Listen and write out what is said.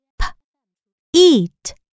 P-eat